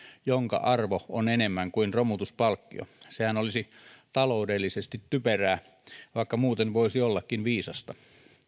jonka arvo on enemmän kuin romutuspalkkio sehän olisi taloudellisesti typerää vaikka muuten voisi ollakin viisasta